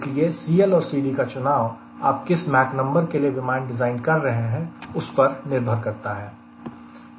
इसलिए CL और CD का चुनाव आप किस माक नंबर के लिए विमान डिज़ाइन कर रहे हैं उस पर निर्भर करता है